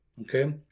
okay